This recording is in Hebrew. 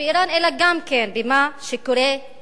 אלא גם במה שקורה כאן בישראל.